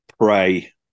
pray